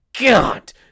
god